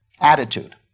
attitude